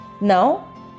Now